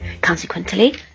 Consequently